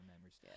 memories